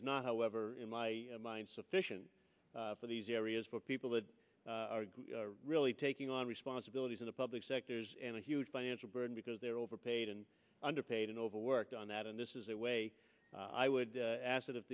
is not however in my mind sufficient for these areas for people that are really taking on responsibilities in the public sectors and a huge financial burden because they're overpaid and underpaid and overworked on that and this is a way i would ask